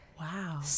Wow